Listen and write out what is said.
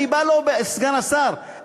סגן השר,